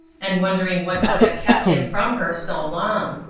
and wondering what could have kept him from her so long.